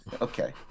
Okay